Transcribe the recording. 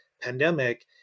pandemic